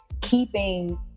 keeping